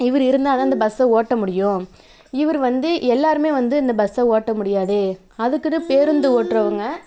இவரு இருந்தால் தான் இந்த பஸ்ஸை ஓட்ட முடியும் இவரு வந்து எல்லாேருமே வந்து இந்த பஸ்ஸை ஓட்ட முடியாது அதுக்குன்னு பேருந்து ஓட்டுறவங்க